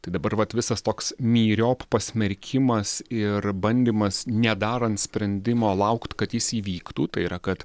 tai dabar vat visas toks myriop pasmerkimas ir bandymas nedarant sprendimo laukt kad jis įvyktų tai yra kad